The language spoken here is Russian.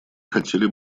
хотели